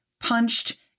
punched